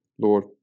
Lord